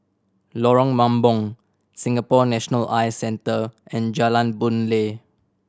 Lorong Mambong Singapore National Eye Centre and Jalan Boon Lay